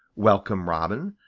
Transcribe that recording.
welcome robin,